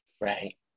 Right